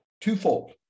Twofold